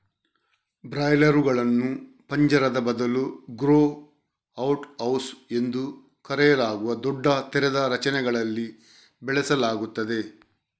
ಬ್ರಾಯ್ಲರುಗಳನ್ನು ಪಂಜರದ ಬದಲು grow out house ಎಂದು ಕರೆಯಲಾಗುವ ದೊಡ್ಡ ತೆರೆದ ರಚನೆಗಳಲ್ಲಿ ಬೆಳೆಸಲಾಗುತ್ತದೆ